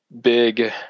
big